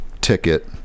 ticket